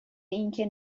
اینکه